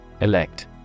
Elect